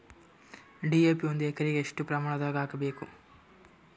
DAP ಒಂದು ಎಕರಿಗ ಎಷ್ಟ ಪ್ರಮಾಣದಾಗ ಹಾಕಬೇಕು?